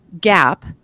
gap